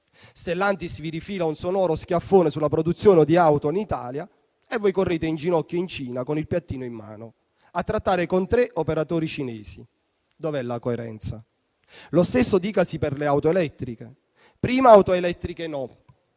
Stellantis vi rifila un sonoro schiaffone sulla produzione di auto in Italia e voi correte in ginocchio in Cina con il piattino in mano a trattare con tre operatori cinesi. Dov'è la coerenza? Lo stesso dicasi per le auto elettriche: prima auto elettriche no,